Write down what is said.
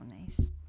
nice